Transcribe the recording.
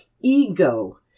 ego